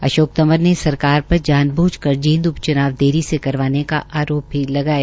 अशोक तंवर ने सरकार पर जानबूझ कर जींद उप च्नाव देर से करवाने के आरोप भी लगाया